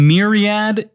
Myriad